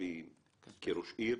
כראש עיר,